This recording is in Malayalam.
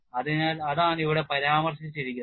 അതിനാൽ അതാണ് ഇവിടെ പരാമർശിച്ചിരിക്കുന്നത്